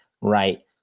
right